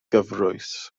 gyfrwys